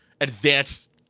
advanced